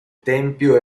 tempio